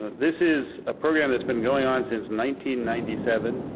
this is a program that's been going on since ninety ninety seven.